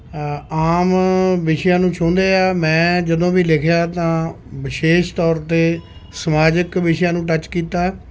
ਆਮ ਵਿਸ਼ਿਆਂ ਨੂੰ ਛੂੰਹਦੇ ਹੈ ਮੈਂ ਜਦੋਂ ਵੀ ਲਿਖਿਆ ਤਾਂ ਵਿਸ਼ੇਸ਼ ਤੌਰ 'ਤੇ ਸਮਾਜਿਕ ਵਿਸ਼ਿਆਂ ਨੂੰ ਟੱਚ ਕੀਤਾ